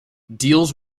deals